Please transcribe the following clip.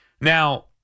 Now